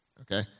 Okay